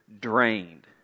drained